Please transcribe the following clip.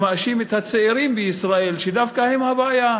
שמאשים את הצעירים בישראל שדווקא הם הבעיה.